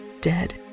dead